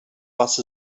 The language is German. was